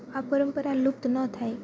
આ પરંપરા લુપ્ત ન થાય